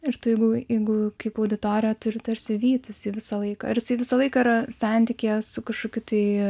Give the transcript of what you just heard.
ir jeigu jeigu kaip auditorija turi tarsi vytis jį visą laiką ir jis visą laiką yra santykyje su kažkokiu tai